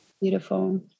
Beautiful